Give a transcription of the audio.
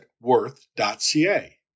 worth.ca